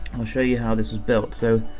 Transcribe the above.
i'll show you how this is built so,